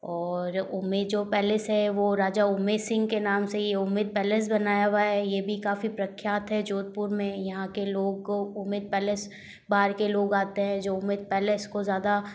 और उमेर जो पैलेस है वह राजा उमेर सिंह के नाम से ही ये उमेर पैलेस बनाया हुआ है यह भी काफ़ी प्रख्यात है जोधपुर में यहाँ के लोग उमेर पैलेस बाहर के लोग आते हैं जो उमेर पैलेस को ज़्यादा